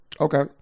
Okay